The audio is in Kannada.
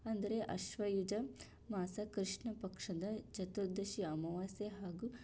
ಅಂದರೆ ಆಶ್ವಯುಜ ಮಾಸ ಕೃಷ್ಣ ಪಕ್ಷದ ಚತುರ್ದಶಿ ಅಮವಾಸ್ಯೆ ಹಾಗೂ